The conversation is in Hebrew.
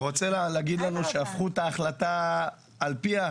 אתה רוצה להגיד לנו שהפכו את ההחלטה על פיה?